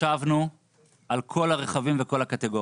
אנחנו ישבנו על כל הרכבים ועל כל הקטיגוריות.